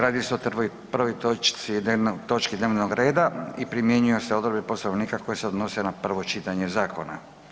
Radi se o prvoj točki dnevnog reda i primjenjuju se odredbe Poslovnika koje se odnose na prvo čitanje zakona.